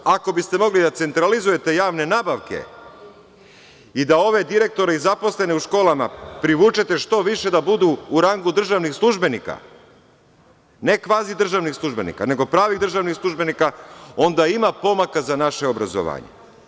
Ako biste mogli da centralizujete javne nabavke i da ove direktore i zaposlene u školama privučete što više da budu u rangu državnih službenika, ne kvazi državnih službenika, nego pravih državnih službenika, onda ima pomaka za naše obrazovanje.